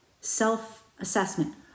self-assessment